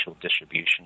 distribution